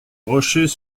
rochers